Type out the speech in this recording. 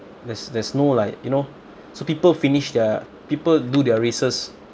there's there's no like you know so people finish their people do their races